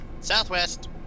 Southwest